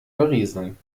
berieseln